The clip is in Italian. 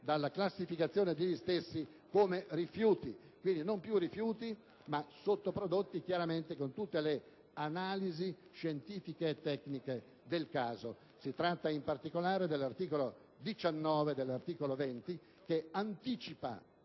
dalla classificazione degli stessi come rifiuti: quindi, non più rifiuti ma sottoprodotti, con tutte le analisi scientifiche e tecniche del caso. Si tratta in particolare dell'articolo 19 e dell'articolo 20, che anticipano